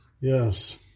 Yes